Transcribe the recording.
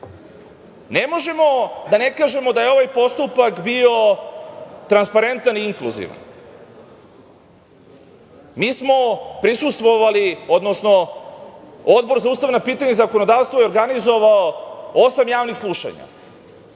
možemo da ne kažemo da je ovaj postupak bio transparentan i inkluzivan. Mi smo prisustvovali, odnosno Odbor za ustavna pitanja i zakonodavstvo je organizovao osam javnih slušanja